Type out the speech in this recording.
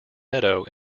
meadow